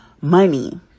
money